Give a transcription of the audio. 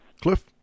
Cliff